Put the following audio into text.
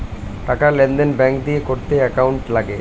টাকার লেনদেন ব্যাঙ্ক দিয়ে করতে অ্যাকাউন্ট লাগে